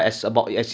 yes